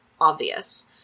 obvious